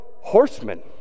horsemen